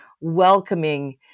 welcoming